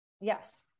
Yes